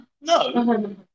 No